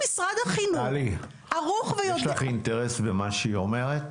טלי, יש לך אינטרס במה שהיא אומרת?